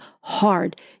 hard